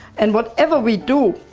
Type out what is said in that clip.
and what ever we do,